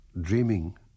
dreaming